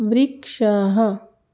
वृक्षः